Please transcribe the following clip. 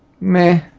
Meh